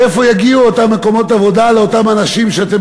מאיפה יגיעו אותם מקומות עבודה לאותם אנשים שאתם